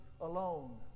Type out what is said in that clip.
alone